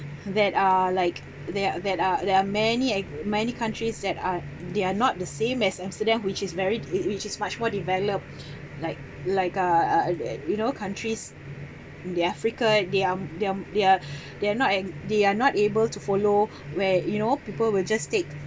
that are like they're that are there are many ac~ many countries that are they are not the same as amsterdam which is very which which is much more developed like like uh uh uh you know countries in the africa they're they're they're they're not an they are not able to follow where you know people will just take